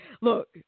look